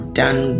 done